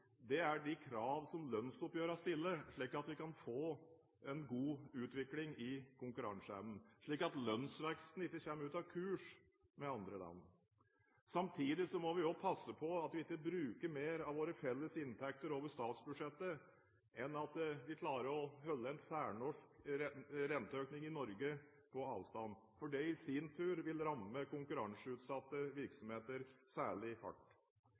sektoren, er de krav som stilles ved lønnsoppgjørene, slik at vi kan få en god utvikling i konkurranseevnen, og at lønnsveksten ikke kommer ut av kurs i forhold til andre land. Samtidig må vi også passe på at vi ikke bruker mer av våre felles inntekter over statsbudsjettet enn at vi klarer å holde en renteøkning i Norge på avstand, for det i sin tur vil ramme konkurranseutsatte virksomheter særlig hardt.